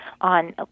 on